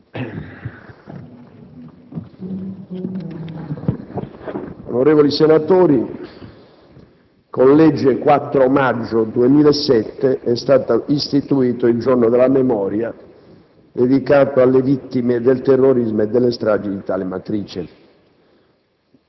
Onorevoli senatori, con la legge del 4 maggio 2007, n. 56, è stato istituito il «Giorno della memoria» dedicato alle vittime del terrorismo e delle stragi di tale matrice.